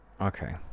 Okay